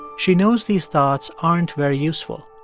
she knows these thoughts aren't very useful.